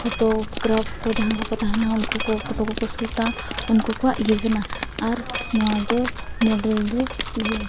photo crop ᱠᱚ ᱡᱟᱦᱟᱸ ᱠᱚᱠᱚ ᱛᱟᱦᱮᱱᱟ ᱩᱱᱠᱩ ᱠᱚ ᱯᱷᱳᱴᱳ ᱠᱚᱠᱚ ᱥᱩᱴᱟ ᱩᱱᱠᱩ ᱠᱚᱣᱟᱜ ᱤᱭᱟᱹ ᱠᱟᱱᱟ ᱟᱨ ᱱᱚᱣᱟᱫᱚ ᱢᱳᱰᱮᱞ ᱫᱚ ᱤᱭᱟᱹ